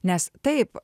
nes taip